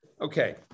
Okay